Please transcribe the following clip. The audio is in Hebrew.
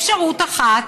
אפשרות אחת,